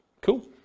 Cool